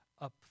up